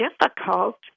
difficult